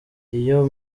iyo